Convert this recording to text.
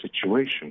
situation